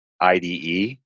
IDE